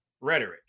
rhetoric